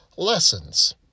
lessons